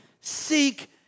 seek